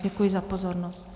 Děkuji za pozornost.